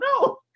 no